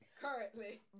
Currently